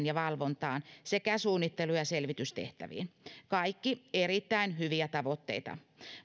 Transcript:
ja valvontaan sekä suunnittelu ja selvitystehtäviin kaikki erittäin hyviä tavoitteita